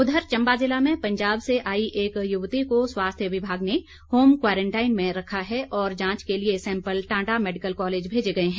उधर चंबा जिला में पंजाब से आई एक युवती को स्वास्थ्य विभाग ने होम क्वारंटाइन में रखा है और जांच के लिए सैम्पल टांडा मैडिकल कॉलेज भेजे गए हैं